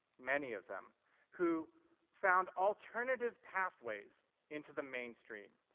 many of them who found alternative pathways into the mainstream,